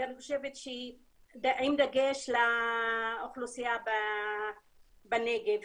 עם דגש לאוכלוסייה בנגב